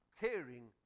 caring